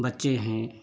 बच्चे हैं